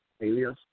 alias